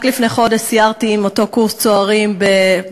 רק לפני חודש סיירתי עם אותו קורס צוערים בשומרון.